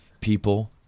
people